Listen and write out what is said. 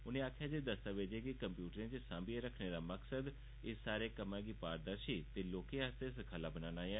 उनें आखेआ जे दस्तावेजें गी कम्प्यूटरें च सांभियै रक्खने दा मकसद इस सारे कम्मै गी पारदर्शी ते लोकें आस्तै सखल्ला बनाना ऐ